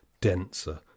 denser